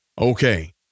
Okay